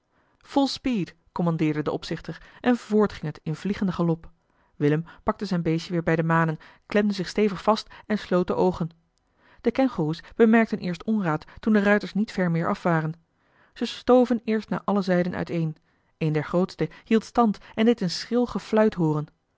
speed kommandeerde de opzichter en voort ging het in vliegenden galop willem pakte zijn beestje weer bij de manen klemde zich stevig vast en sloot de oogen de kengoeroes bemerkten eerst onraad toen de ruiters niet ver meer af waren ze stoven eerst naar alle zijden uiteen een der grootste hield stand en deed een schril gefluit hooren